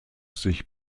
sich